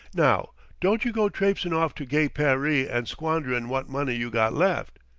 now don't you go trapsein' off to gay paree and squanderin' wot money you got left.